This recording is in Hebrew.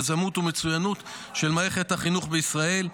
יזמות ומצוינות של מערכת החינוך בישראל.